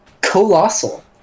Colossal